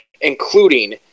including